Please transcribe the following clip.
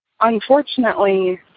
Unfortunately